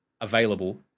available